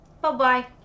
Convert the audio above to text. bye-bye